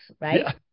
Right